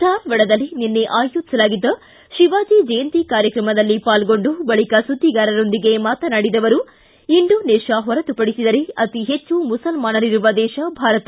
ಧಾರವಾಡದಲ್ಲಿ ನಿನ್ನೆ ಆಯೋಜಿಸಲಾಗಿದ್ದ ಶಿವಾಜಿ ಜಯಂತಿ ಕಾರ್ಯಕ್ರಮದಲ್ಲಿ ಪಾಲ್ಗೊಂಡು ಬಳಕ ಸುದ್ದಿಗಾರರೊಂದಿಗೆ ಮಾತನಾಡಿದ ಅವರು ಇಂಡೋನೇಷ್ಕಾ ಹೊರತುಪಡಿಸಿದರೆ ಅತೀ ಹೆಚ್ಚು ಮುಸಲ್ಮಾನರಿರುವ ದೇಶ ಭಾರತ